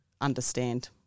understand